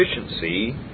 efficiency